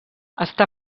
està